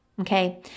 Okay